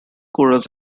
chorus